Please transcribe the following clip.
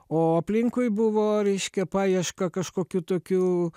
o aplinkui buvo reiškia paieška kažkokių tokių